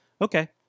Okay